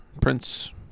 Prince